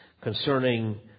concerning